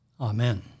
Amen